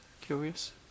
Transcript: Curious